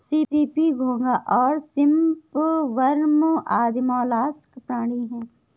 CP, घोंगा और shrimp worm आदि मौलास्क प्राणी हैं